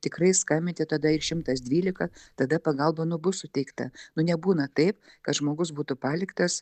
tikrai skambinti tada ir šimtas dvylika tada pagalba nu bus suteikta nu nebūna taip kad žmogus būtų paliktas